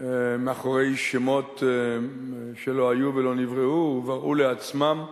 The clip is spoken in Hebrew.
מאחורי שמות שלא היו ולא נבראו, ובראו לעצמם,